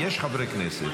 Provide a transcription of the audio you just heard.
יש חברי כנסת